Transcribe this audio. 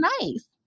nice